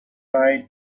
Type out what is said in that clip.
write